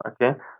Okay